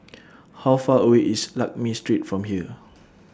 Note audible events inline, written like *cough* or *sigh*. *noise* How Far away IS Lakme Street from here *noise*